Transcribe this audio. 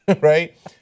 right